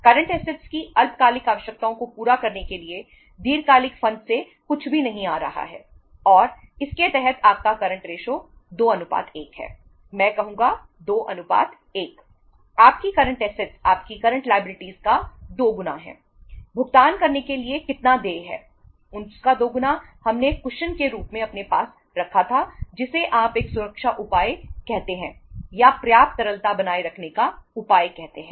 current assets के रूप में अपने पास रखा था जिसे आप एक सुरक्षा उपाय कहते हैं या पर्याप्त तरलता बनाए रखने का उपाय कहते हैं